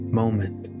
moment